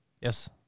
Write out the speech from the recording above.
Yes